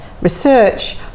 research